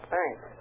Thanks